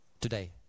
today